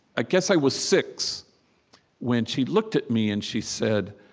i guess i was six when she looked at me, and she said,